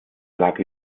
lag